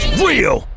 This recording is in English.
real